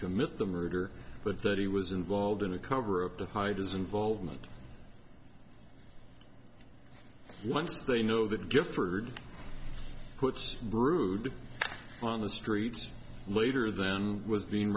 commit the murder but that he was involved in a cover of to hide his involvement once they know that gifford puts brood on the streets later than was being